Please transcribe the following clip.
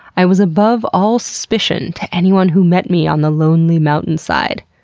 i was above all suspicion to anyone who met me on the lonely mountain side.